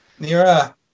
Nira